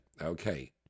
okay